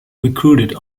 recruited